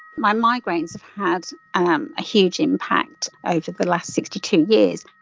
my migraines have had um a huge impact over the last sixty two years.